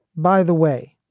by the way,